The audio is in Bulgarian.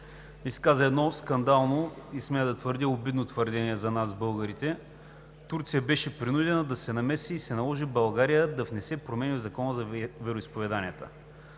изказа едно скандално и, смея да твърдя, обидно твърдение за нас – българите: „Турция беше принудена да се намеси и се наложи България да внесе промени в Закона за вероизповеданията“.